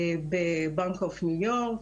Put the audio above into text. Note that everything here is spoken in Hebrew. בבנק אוף ניו יורק,